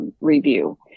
review